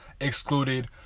excluded